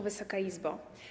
Wysoka Izbo!